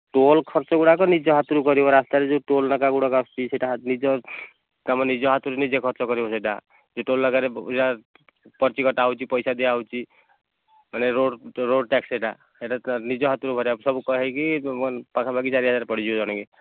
toll ଖର୍ଚ୍ଚ ଗୁଡ଼ାକ ନିଜ ହାତରୁ କରିବ ରାସ୍ତାରେ ଯେଉଁ ଟୋଲ୍ ନାକା ଗୁଡ଼ା ଆସୁଛି ତୁମ ନିଜ ହାତରୁ ନିଜେ ଖର୍ଚ୍ଚ କରିବ ସେଟା ଯେତେବେଳୁ ଯାହା ପର୍ଛି କଟା ହେଉଛି ପଇସା ଦିଆଯାଉଛି ମାନେ ରୋଡ଼ ରୋଡ଼ ଟାସ୍କ ଏଇଟା ଏଇଟା ନିଜ ହାତରୁ କରା ସବୁ କରାହେଇକି ପାଖାପାଖି ଚାରି ହଜାର ପଡ଼ିଯିବ ଜଣକେ